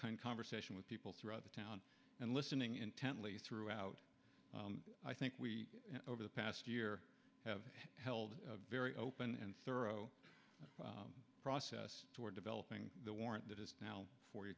for conversation with people throughout the town and listening intently throughout i think we over the past year have held a very open and thorough process toward developing the warrant that is now for